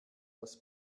aus